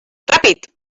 ràpid